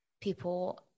people